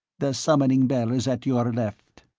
the summoning bell is at your left.